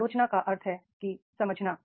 आलोचना का अर्थ है कि समझना